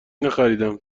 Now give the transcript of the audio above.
نخریدهام